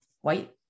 white